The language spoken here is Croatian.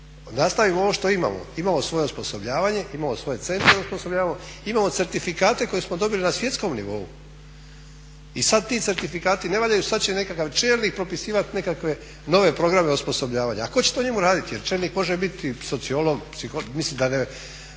nastavimo ovo što imamo. Imamo svoje osposobljavanje, imamo svoje centre …, imamo certifikate koje smo dobili na svjetskom nivou i sad ti certifikati ne valjaju, sad će nekakav čelnik propisivat nekakve nove programe osposobljavanja. A tko će to njemu radit jer čelnik može biti sociolog, psiholog, mislim ne